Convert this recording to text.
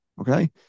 Okay